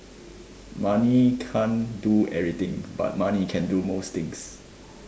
money can't do everything but money can do most things